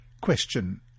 Question